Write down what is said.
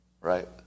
Right